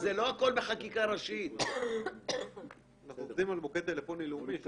אנחנו עובדים על מוקד טלפוני לאומי.